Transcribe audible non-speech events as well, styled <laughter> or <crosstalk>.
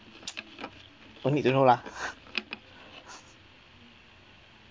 no need to know lah <laughs>